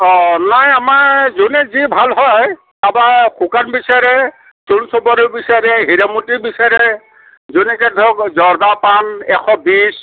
অঁ নাই আমাৰ যোনে যি ভাল হয় কাৰোবাৰ শুকান বিচাৰে চুইট চুপাৰি বিচাৰে হিৰামতি বিচাৰে যেনেকে ধৰক জৰ্দা পাণ এশ বিছ